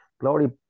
Glory